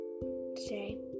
today